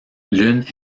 l’une